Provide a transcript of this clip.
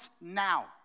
now